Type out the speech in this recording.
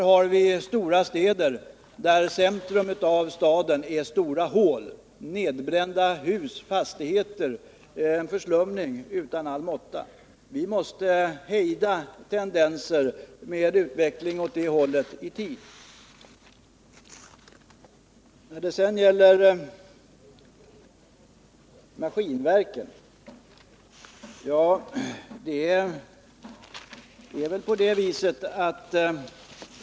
Där finns stora städer vars centra är stora hål och där det finns mängder av nedbrända fastigheter — en förslumning utan all like. Vi måste i tid hejda en utveckling åt det hållet. Jag kommer så till frågan om Maskinverken.